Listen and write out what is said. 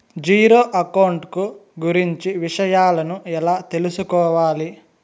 Zero account కు గురించి విషయాలను ఎలా తెలుసుకోవాలి?